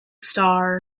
star